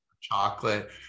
chocolate